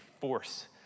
force